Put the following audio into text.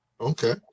okay